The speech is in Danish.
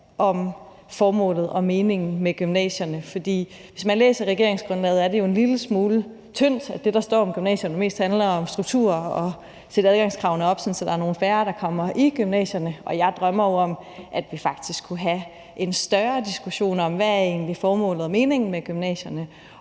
om formålet og meningen med gymnasierne. For hvis man læser regeringsgrundlaget, er det, der står om gymnasierne, jo en lille smule tyndt, for det, der står om gymnasierne, handler mest om struktur og om at sætte adgangskravene op, så der er nogle færre, der kommer i gymnasiet. Jeg drømmer jo om, at vi faktisk kunne have en større diskussion om, hvad formålet og meningen med gymnasierne